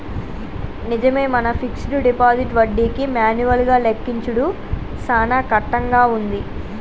నిజమే మన fixed deposit వడ్డీకి మాన్యువల్ గా లెక్కించుడు సాన కట్టంగా ఉంది